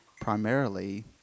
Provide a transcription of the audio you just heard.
primarily